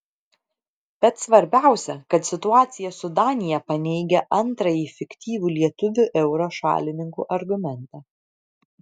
bet svarbiausia kad situacija su danija paneigia antrąjį fiktyvų lietuvių euro šalininkų argumentą